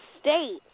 state